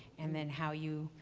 and then how you,